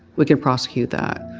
we can prosecute that.